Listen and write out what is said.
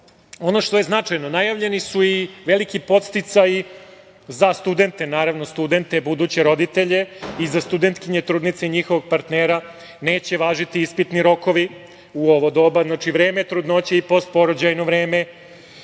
ono što je značajno, najavljeni su i veliki podsticaji za studente buduće roditelje i za studentkinje trudnice i njihovog partnera neće važiti ispitni rokovi u ovo doba. Znači, vreme trudnoće i postporođajno vreme